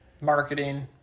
Marketing